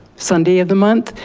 sunday of the month,